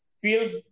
feels